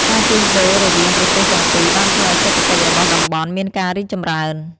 ការជួញដូររវាងប្រទេសទាំងពីរបានធ្វើឱ្យសេដ្ឋកិច្ចរបស់តំបន់មានការរីកចម្រើន។